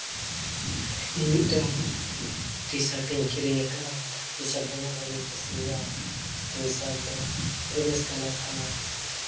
ᱤᱧ ᱢᱤᱫᱴᱟᱹᱝ T shirt ᱤᱧ ᱠᱤᱨᱤᱧ ᱟᱠᱟᱜᱼᱟ ᱴᱤ ᱥᱟᱨᱴ ᱫᱚᱢᱮ ᱵᱷᱟᱹᱜᱤᱧ ᱠᱩᱥᱤᱭᱟᱜᱼᱟ ᱴᱤ ᱥᱟᱨᱴ ᱫᱚ ᱯᱩᱨᱟᱹ ᱵᱮᱥ ᱠᱟᱞᱟᱨ ᱠᱟᱱᱟ